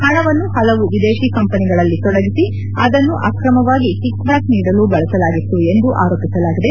ಹಣವನ್ನು ಹಲವು ವಿದೇಶಿ ಕಂಪನಿಗಳಲ್ಲಿ ತೊಡಗಿಸಿ ಅದನ್ನು ಅಕ್ರಮವಾಗಿ ಕಿಕ್ ಬ್ಯಾಕ್ ನೀಡಲು ಬಳಸಲಾಗಿತ್ತು ಎಂದು ಆರೋಪಿಸಲಾಗಿದೆ